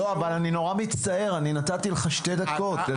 אני נורא מצטער, נתתי לך שתי דקות.